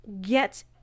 get